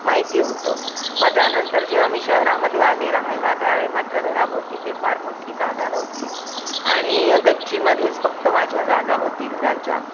माहिती होतं मग त्यानंतर जेव्हा मी शहरामध्ये आले राहायला त्या वेळी मात्र घराभोवती काही फार मोठी जागा नव्हती आणि गच्चीमध्येच फक्त माझ्या जागा होती घराच्या